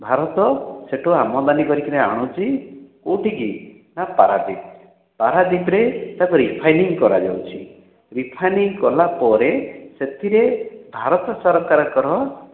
ଭାରତ ସେଠୁ ଆମଦାନୀ କରିକି ଆଣୁଛି କେଉଁଠି କି ନା ପାରାଦ୍ଵୀପ ପାରାଦ୍ଵୀପରେ ତାକୁ ରିଫାଇନିଂ କରାଯାଉଛି ରିଫାଇନିଂ କରିଲାପରେ ସେଥିରେ ଭାରତ ସରକାରଙ୍କର